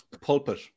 pulpit